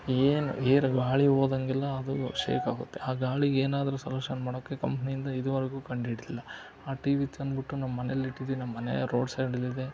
ಏನ್ ಏರ್ ಗಾಳಿ ಹೋದಂಗೆಲ್ಲ ಅದು ಶೇಕ್ ಆಗುತ್ತೆ ಆ ಗಾಳಿಗೇನಾದರೂ ಸೊಲ್ಯೂಷನ್ ಮಾಡೋಕ್ಕೆ ಕಂಪ್ನಿಯಿಂದ ಇದುವರೆಗೂ ಕಂಡು ಹಿಡಿದಿಲ್ಲ ಆ ಟಿ ವಿ ತಂದ್ಬಿಟ್ಟು ನಮ್ಮ ಮನೇಲ್ಲಿಟ್ಟಿದೀನಿ ನಮ್ಮ ಮನೆ ರೋಡ್ ಸೈಡಲ್ಲಿದೆ